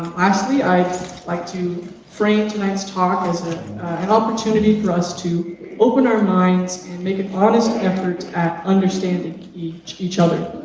lastly, i'd like to frame tonight's talk as an opportunity for us to open our minds and make an honest effort at understanding each each other.